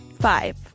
Five